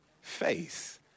Faith